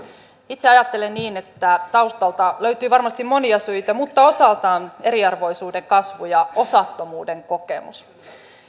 itse ajattelen niin että taustalta löytyy varmasti monia syitä mutta osaltaan eriarvoisuuden kasvu ja osattomuuden kokemus